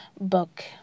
book